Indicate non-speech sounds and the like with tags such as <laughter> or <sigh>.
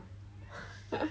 <laughs>